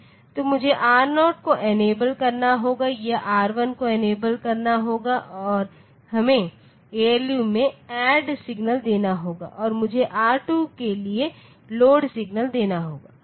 तो मुझे R0 को इनेबल करना होगा या R1 को इनेबल करना होगा और हमें ALU में ऐड सिग्नल देना होगा और मुझे R2 के लिए लोड सिग्नल देना होगा